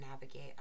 navigate